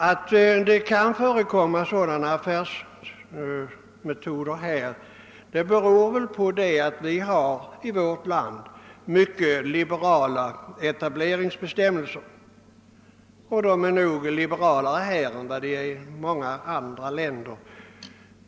Att det kan förekomma sådana här affärsmetoder i vårt land beror väl på att vi har mycket liberala etableringsbestämmelser — de är nog liberalare än i många andra länder.